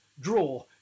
draw